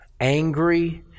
angry